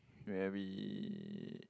where we